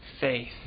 faith